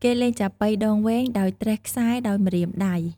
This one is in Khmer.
គេលេងចាប៉ីដងវែង ដោយត្រេះខ្សែដោយម្រាមដៃ។